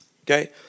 Okay